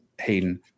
Hayden